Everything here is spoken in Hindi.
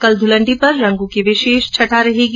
कल धूलंडी पर रंगों की विशेष छटा रहेगी